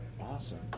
Awesome